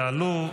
יעלו,